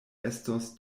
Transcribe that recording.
estos